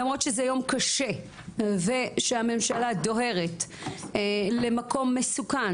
למרות שזה יום קשה וכשהממשלה דוהרת למקום מסוכן,